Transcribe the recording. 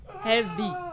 Heavy